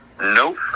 Nope